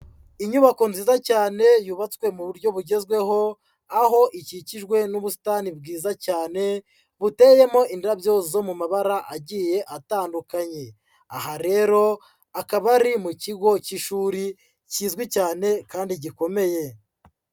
Inyubako nziza cyane yubatswe mu buryo bugezweho, aho ikikijwe n'ubusitani bwiza cyane, buteyemo indabyo zo mu mabara agiye atandukanye. Aha rero akaba ari mu kigo cy'ishuri kizwi cyane kandi gikomeye.